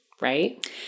right